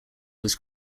was